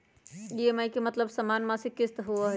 EMI के मतलब समान मासिक किस्त होहई?